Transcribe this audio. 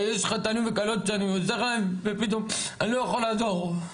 יש חתנים וכלות שאני עוזר להם ופתאום אני לא יכול לעזור.